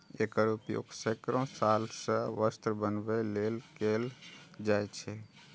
एकर उपयोग सैकड़ो साल सं वस्त्र बनबै लेल कैल जाए छै